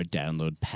download